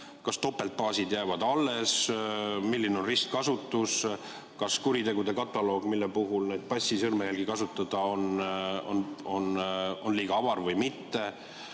kas topeltbaasid jäävad alles; milline on ristkasutus; kas kuritegude kataloog, mille puhul passi sõrmejälgi kasutada, on liiga avar või mitte;